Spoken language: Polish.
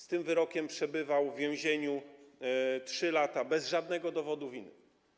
Z tym wyrokiem przebywał w więzieniu 3 lata - bez żadnego dowodu winy.